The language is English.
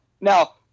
Now